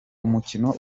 umukino